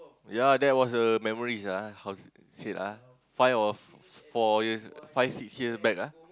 yea that was the memories ah how say lah five or four years five six years back ah